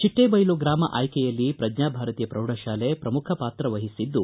ಚಿಟ್ಟೆಟೈಲು ಗ್ರಾಮ ಆಯ್ಕೆಯಲ್ಲಿ ಪ್ರಜ್ಞಾ ಭಾರತಿ ಪ್ರೌಢ ಶಾಲೆ ಪ್ರಮುಖ ಪಾತ್ರ ವಹಿಸಿದ್ದು